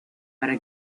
para